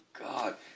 God